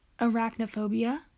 arachnophobia